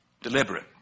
deliberate